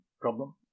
problem